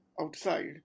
outside